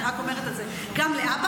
אני רק אומרת את זה גם להבא.